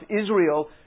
Israel